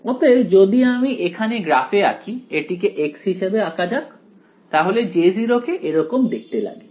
অতএব যদি আমি এখানে গ্রাফ এ আঁকি এটিকে x হিসেবে আঁকা যাক তাহলে J0 কে এরকম দেখতে লাগে